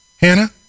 hannah